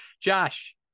Josh